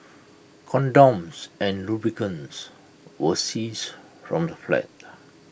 condoms and lubricants were seized from the flat